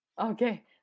okay